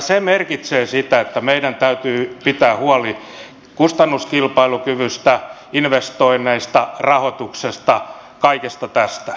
se merkitsee sitä että meidän täytyy pitää huoli kustannuskilpailukyvystä investoinneista rahoituksesta kaikesta tästä